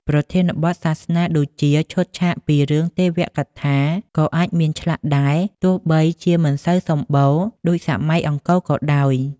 ប្រធានបទសាសនាដូចជាឈុតឆាកពី រឿងទេវកថា ក៏អាចមានឆ្លាក់ដែរ ទោះបីជាមិនសូវសម្បូរដូចសម័យអង្គរក៏ដោយ។